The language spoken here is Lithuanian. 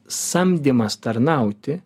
samdymas tarnauti